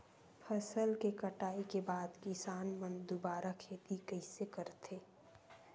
फसल के कटाई के बाद किसान मन दुबारा खेती कइसे करथे?